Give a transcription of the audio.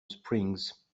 springs